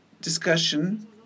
discussion